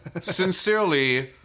sincerely